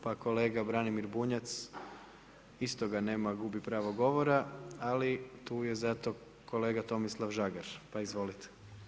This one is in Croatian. Pa kolega Branimir Bunjac, isto ga nema, gubi pravo govora, ali tu je zato kolega Tomislav Žagar pa izvolite.